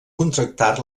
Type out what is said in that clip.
contractar